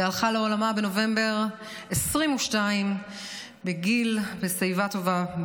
היא הלכה לעולמה בנובמבר 2022 בשיבה טובה,